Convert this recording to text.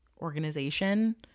organization